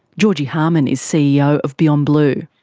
georgie harmann is ceo of beyondblue.